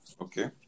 okay